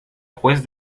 juez